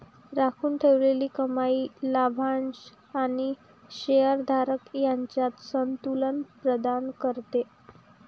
राखून ठेवलेली कमाई लाभांश आणि शेअर धारक यांच्यात संतुलन प्रदान करते